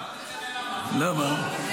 למה?